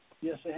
Yes